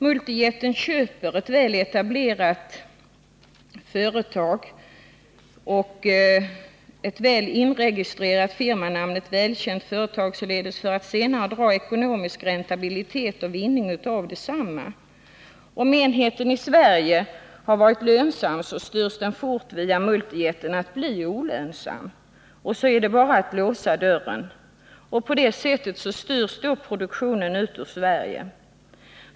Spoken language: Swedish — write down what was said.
Multijätten köper ett väl etablerat och med sitt inregistrerade av torrbatterier firmanamn välkänt företag, för att senare få ekonomisk räntabilitet och vinning av detsamma. Om enheten i Sverige har varit lönsam styrs den fort via multijätten att bli olönsam, och så är det bara att låsa dörren. På det sättet styrs då produktionen ut ur Sverige.